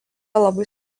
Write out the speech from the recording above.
labai